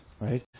right